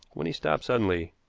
when he stopped suddenly.